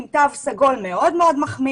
עם תו סגול מאוד מאוד מחמיר.